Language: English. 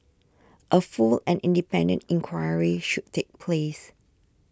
a full and independent inquiry should take place